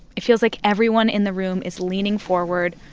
it feels like everyone in the room is leaning forward,